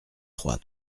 trois